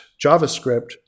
JavaScript